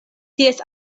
ties